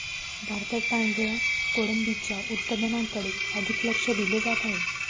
भारतात पांढऱ्या कोळंबीच्या उत्पादनाकडे अधिक लक्ष दिले जात आहे